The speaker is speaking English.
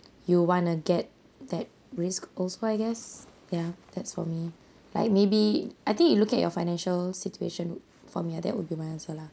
you want to get that risk also I guess ya that's for me like maybe I think you look at your financial situation from ya that would be my answer lah